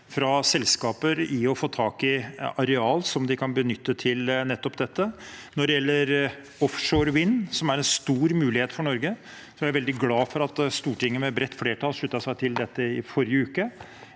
fra selskaper for å få tak i areal som de kan benytte til nettopp dette. Når det gjelder offshore vind, som er en stor mulighet for Norge, er jeg veldig glad for at Stortinget med bredt flertall sluttet seg til dette i forrige uke,